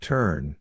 Turn